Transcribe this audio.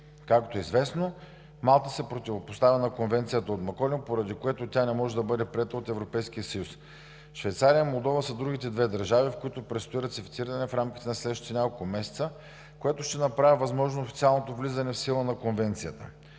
Както е известно, Малта се противопоставя на Конвенцията от Маколин, поради която тя не може да бъде приета от Европейския съюз. Швейцария и Молдова са другите две държави, в които предстои ратифициране в рамките на следващите няколко месеца, което ще направи възможно официалното влизане в сила на Конвенцията.